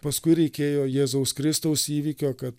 paskui reikėjo jėzaus kristaus įvykio kad